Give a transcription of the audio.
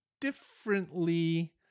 differently